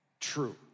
true